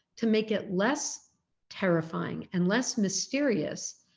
to make it less terrifying and less mysterious,